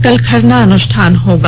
कल खरना अनुष्ठान होगा